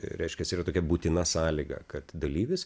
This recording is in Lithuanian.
reiškias yra tokia būtina sąlyga kad dalyvis